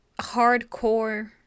hardcore